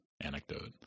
anecdote